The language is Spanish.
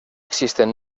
existen